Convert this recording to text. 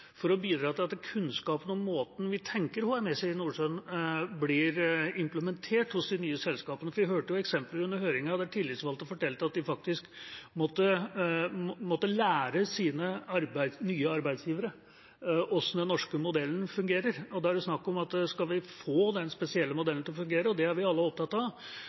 kan statsråden bidra med – eventuelt via Petroleumstilsynet, selvfølgelig – for at kunnskapen om måten vi tenker om HMS i Nordsjøen på, blir implementert hos de nye selskapene? Vi hørte eksempler under høringen på at tillitsvalgte fortalte at de faktisk måtte lære sine nye arbeidsgivere hvordan den norske modellen fungerer. Skal vi få den spesielle modellen til å fungere – det er vi alle opptatt av